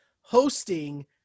hosting